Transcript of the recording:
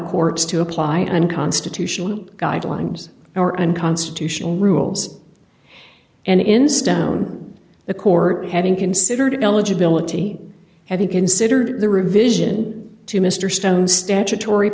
courts to apply unconstitutional guidelines are unconstitutional rules and in stone the court having considered eligibility have you considered the revision to mr stone statutory